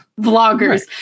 vloggers